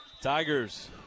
Tigers